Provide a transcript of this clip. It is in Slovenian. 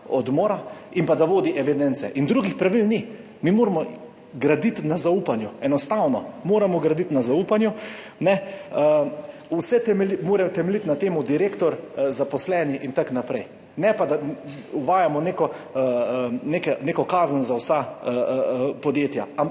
in pa da vodi evidence. Drugih pravil ni. Mi moramo graditi na zaupanju, enostavno moramo graditi na zaupanju, vse temeljiti na tem, direktor, zaposleni in tako naprej, ne pa, da uvajamo neko kazen za vsa podjetja.